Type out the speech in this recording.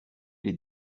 les